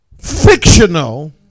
fictional